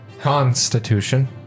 constitution